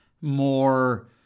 more